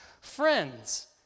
friends